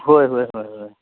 होय होय होय होय